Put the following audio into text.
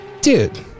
Dude